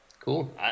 Cool